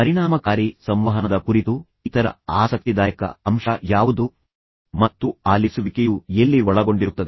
ಪರಿಣಾಮಕಾರಿ ಸಂವಹನದ ಕುರಿತು ಇತರ ಆಸಕ್ತಿದಾಯಕ ಅಂಶ ಯಾವುದು ಮತ್ತು ಆಲಿಸುವಿಕೆಯು ಎಲ್ಲಿ ಒಳಗೊಂಡಿರುತ್ತದೆ